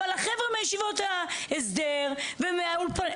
אבל החבר'ה מישיבות ההסדר ומהאולפנות,